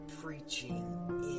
preaching